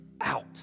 out